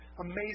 Amazing